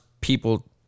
people